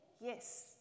Yes